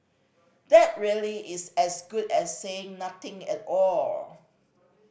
that really is as good as saying nothing at all